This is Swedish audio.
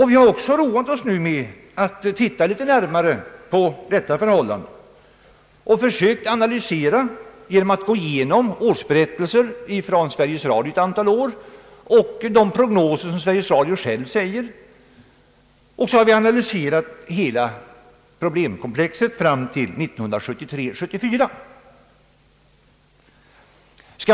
Vi har också roat oss med att titta litet närmare på detta förhållande och försökt — genom att gå igenom årsberättelser från Sveriges Radio under ett antal år och genom att se på de prognoser som Sveriges Radio för egen del har ställt — analysera hela problemkomplexet fram till budgetåret 1973/74.